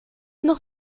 noch